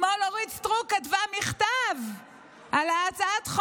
אתמול אורית סטרוק כתבה מכתב על הצעת